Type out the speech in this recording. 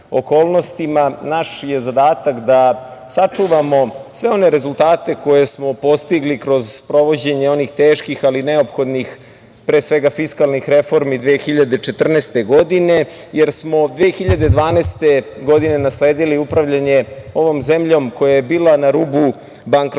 naš je zadatak da sačuvamo sve one rezultate koje smo postigli kroz sprovođenje onih teških ali neophodnih, pre svega fiskalnih reformi 2014. godine, jer smo 2012. godine nasledili upravljanje ovom zemljom koja je bila na rubu bankrota.